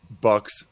Bucks